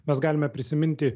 mes galime prisiminti